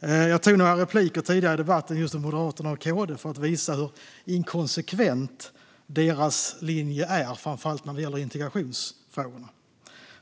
Jag tog några repliker tidigare i debatten med Moderaterna och KD för att visa hur inkonsekvent deras linje är, framför allt när det gäller integrationsfrågorna.